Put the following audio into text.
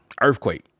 Earthquake